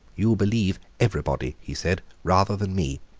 you believe everybody, he said, rather than me.